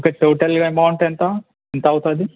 ఇక టోటల్గా అమౌంట్ ఎంత ఎంత అవుతుంది